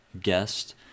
guest